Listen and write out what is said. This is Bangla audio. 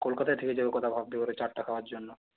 কলকাতায় থেকে যাওয়ার কথা ভাববে ওরা চাটটা খাওয়ার জন্য